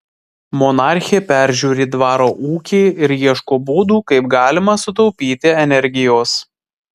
monarchė peržiūri dvaro ūkį ir ieško būdų kaip galima sutaupyti energijos